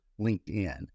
LinkedIn